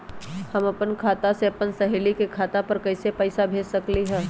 हम अपना खाता से अपन सहेली के खाता पर कइसे पैसा भेज सकली ह?